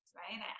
right